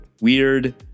weird